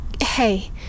Hey